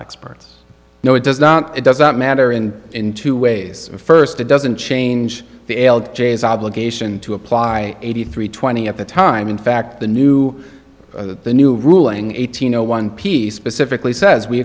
experts no it does not it does not matter in in two ways first it doesn't change the ailed jay's obligation to apply eighty three twenty at the time in fact the new the new ruling eighteen zero one piece specifically says we